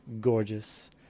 gorgeous